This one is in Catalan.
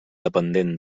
dependent